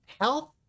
Health